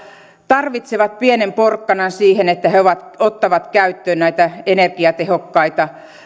tarvitsevat pienen porkkanan siihen että he ottavat käyttöön näitä energiatehokkaita